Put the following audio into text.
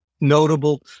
notable